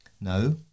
No